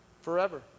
Forever